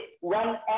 One